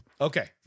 Okay